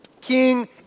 King